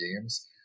games